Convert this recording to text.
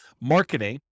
marketing